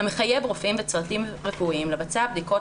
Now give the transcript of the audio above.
המחייב רופאים וצוותים רפואיים לבצע בדיקות